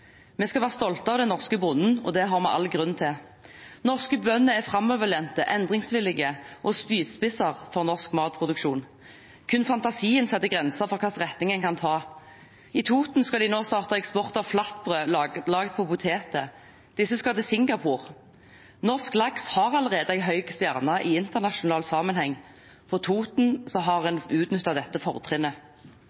Vi skal være stolte av den norske bonden, og det har vi all grunn til. Norske bønder er framoverlente, endringsvillige og spydspisser for norsk matproduksjon. Kun fantasien setter grenser for hvilken retning en kan ta. På Toten skal de nå starte eksport av flatbrød lagd på poteter. Disse skal til Singapore. Norsk laks har allerede en høy stjerne i internasjonal sammenheng. På Toten har